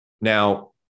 Now